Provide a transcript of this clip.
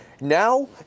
Now